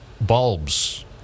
bulbs